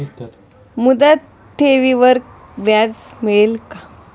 मुदत ठेवीवर व्याज मिळेल का?